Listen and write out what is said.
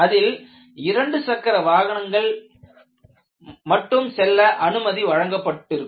அதில் இரண்டு சக்கர வாகனங்கள் மட்டும் செல்ல அனுமதி வழங்கப் பட்டிருக்கும்